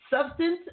substance